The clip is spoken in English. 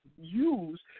use